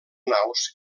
naus